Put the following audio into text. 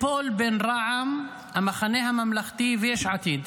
תיפול בין רע"מ, המחנה הממלכתי ויש עתיד,